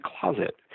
closet